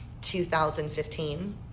2015